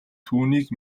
түүнийг